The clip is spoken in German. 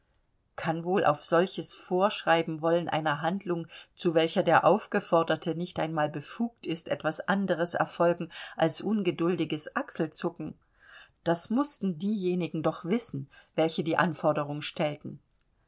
kann wohl auf solches vorschreiben wollen einer handlung zu welcher der aufgeforderte nicht einmal befugt ist etwas anderes erfolgen als ungeduldiges achselzucken das mußten diejenigen doch wissen welche die anforderung stellten